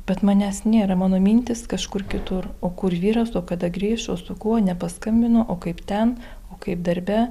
bet manęs nėra mano mintys kažkur kitur o kur vyras o kada grįš o su kuo nepaskambino o kaip ten o kaip darbe